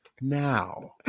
now